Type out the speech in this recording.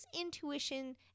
intuition